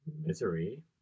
Misery